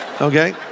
Okay